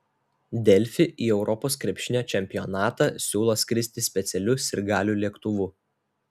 delfi į europos krepšinio čempionatą siūlo skristi specialiu sirgalių lėktuvu